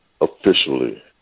officially